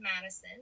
Madison